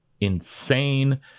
insane